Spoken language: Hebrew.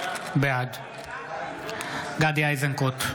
בעד גדי איזנקוט,